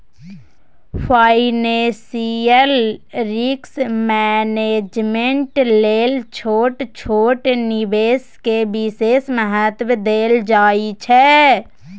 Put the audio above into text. financial risk management लेल छोट छोट निवेश के विशेष महत्व देल जाइ छइ